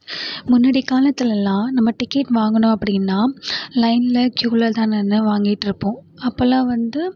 முன்னாடி காலத்திலலாம் நம்ம டிக்கெட் வாங்கணும் அப்படினா லைன்ல க்யூல தான் நின்று வாங்கிட்ருப்போம் அப்போலாம் வந்து